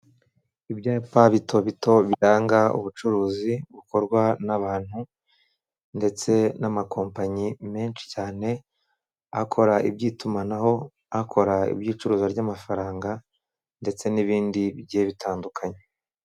Ibyapa bito bito biranga ubucuruzi bukorwa n'abantu ndetse n'amakompanyi menshi cyane, akora iby'itumanaho, akora iby'icuruzwa ry'amafaranga ndetse n'ibindi bigiye bitandukanye.